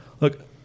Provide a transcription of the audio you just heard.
look